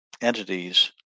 entities